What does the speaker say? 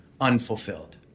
unfulfilled